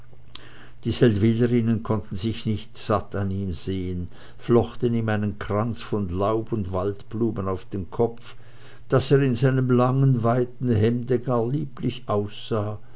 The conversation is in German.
die seldwylerinnen konnten sich nicht satt an ihm sehen flochten ihm einen kranz von laub und waldblumen auf den kopf daß er in seinem langen weiten hemde gar lieblich aussah